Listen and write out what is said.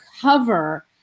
cover